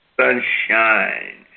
sunshine